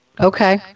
Okay